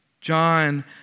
John